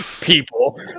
People